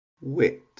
wit